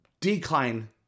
decline